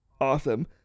Awesome